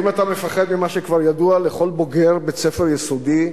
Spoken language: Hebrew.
האם אתה מפחד ממה שכבר ידוע לכל בוגר בית-ספר יסודי?